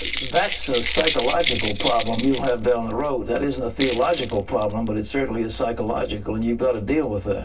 that's a so psychological problem you'll have down the road. that isn't a theological problem, but it certainly is psychological, and you've got to deal with that.